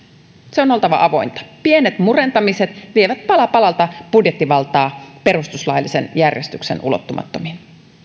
sen on oltava avointa pienet murentamiset vievät pala palalta budjettivaltaa perustuslaillisen järjestyksen ulottumattomiin